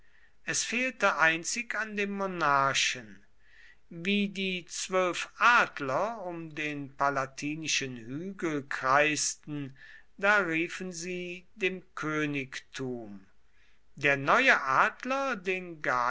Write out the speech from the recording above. es fehlte einzig an dem monarchen wie die zwölf adler um den palatinischen hügel kreisten da riefen sie dem königtum der neue adler den gaius